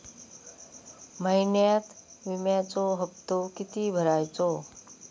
महिन्यात विम्याचो हप्तो किती भरायचो?